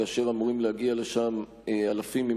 כאשר אמורים להגיע לשם אלפי מתפללים,